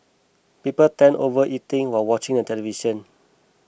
people tend overeating while watching a television